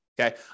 Okay